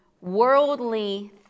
worldly